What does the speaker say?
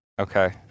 Okay